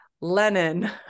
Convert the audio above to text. Lenin